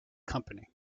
company